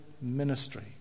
ministry